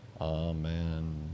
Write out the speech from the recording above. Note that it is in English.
Amen